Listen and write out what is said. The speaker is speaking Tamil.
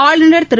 ஆளுநர் திரு